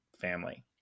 family